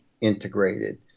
integrated